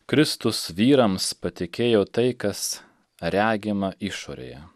kristus vyrams patikėjo tai kas regima išorėje